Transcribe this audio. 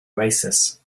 oasis